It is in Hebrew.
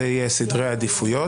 זה יהיה סדר העדיפויות.